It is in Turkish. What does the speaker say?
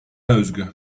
özgü